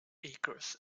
acres